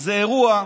זה אירוע,